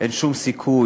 אין שום סיכוי